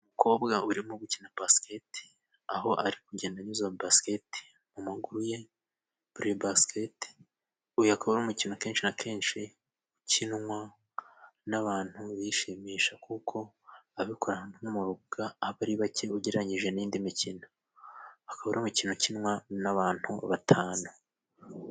Umukobwa urimo gukina basiketi, aho ari kugenda anyuza basiketi maguru ye. basikete uyu akaba ari umukino kenshi na kenshi ukinwa nabantu bishimisha, kuko ababikora nk'umwuga aba ari bake ugereranyije n'indi mikino, akaba ari umukino ukinwa n'abantu batanu.